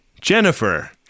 Jennifer